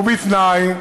ובתנאי,